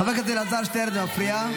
חבר הכנסת אלעזר שטרן, אתה מפריע.